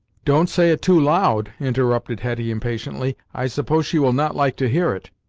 don't say it too loud, interrupted hetty impatiently i suppose she will not like to hear it.